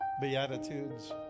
Beatitudes